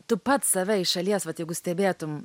tu pats save iš šalies vat jeigu stebėtum